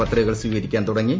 പത്രികകൾ സ്വീകരിക്കാൻ തുടങ്ങി